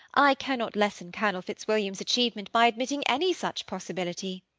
i cannot lessen colonel fitzwilliam's achievement by admitting any such possibility.